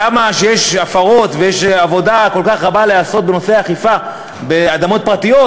למה כשיש הפרות ויש עבודה כל כך רבה לעשות בנושא אכיפה באדמות פרטיות,